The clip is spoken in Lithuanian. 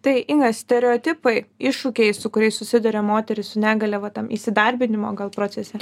tai inga stereotipai iššūkiai su kuriais susiduria moterys su negalia va tam įsidarbinimo gal procese